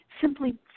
simply